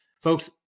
folks